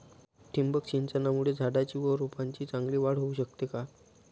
ठिबक सिंचनामुळे झाडाची व रोपांची चांगली वाढ होऊ शकते का?